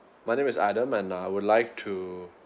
my name is adam and uh I would like to